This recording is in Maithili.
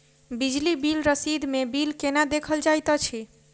बिजली बिल रसीद मे बिल केना देखल जाइत अछि?